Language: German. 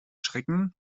schrecken